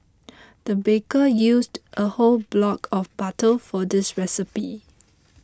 the baker used a whole block of butter for this recipe